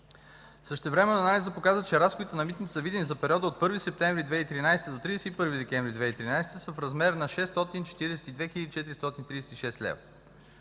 Същевременно анализът показа, че разходите на Митница Видин за периода от 1 септември 2013 г. до 31 декември 2013 г. са в размер на 642 хил.